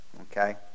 okay